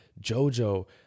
Jojo